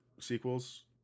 sequels